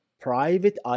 private